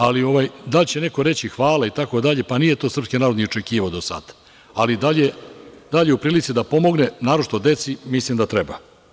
Ali, da li će neko reći hvala itd, pa, nije to srpski narod ni očekivao do sada, ali da li je u prilici da pomogne, naročito deci, mislim da treba.